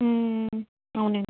అవునండి